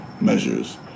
measures